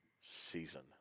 season